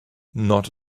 not